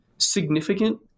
significant